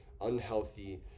unhealthy